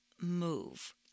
move